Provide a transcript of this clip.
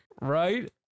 Right